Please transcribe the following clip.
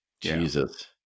Jesus